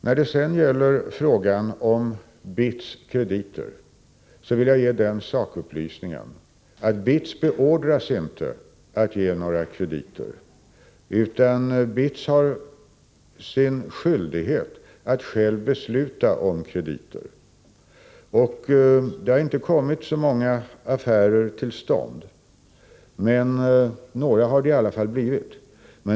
När det sedan gäller frågan om BITS krediter vill jag ge följande sakupplysning: BITS beordras inte att ge några krediter, utan det är BITS skyldighet att själv besluta om krediter. Det har inte kommit så många affärer till stånd, men några har det i alla fall blivit.